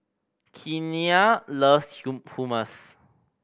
Keanna loves Hummus